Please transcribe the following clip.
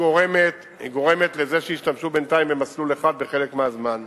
גורמת לזה שישתמשו בינתיים במסלול אחד בחלק מהזמן.